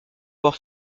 avoir